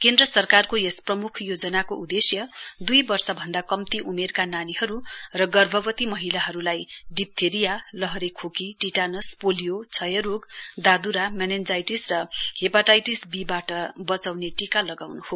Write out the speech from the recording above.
केन्द्र सरकारको यस प्रमुख योजनाको उद्देश्य दुई वर्ष भन्दा कम्ती उमेरका नानीहरू र गर्भवती महिलाहरूलाई डिप्थेरिया लहरे खोकी टिटानस पोलियो क्षयरोग दादुरा मेनिनजाइटिस र हेपाटाइटिस बी बाट बचाउने टीका लगाउनु हो